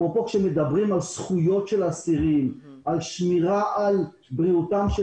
אפרופו כשמדברים על זכויות של אסירים ועל שמירה בריאותם של